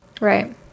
Right